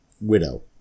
Widow